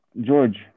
George